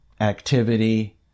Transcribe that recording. activity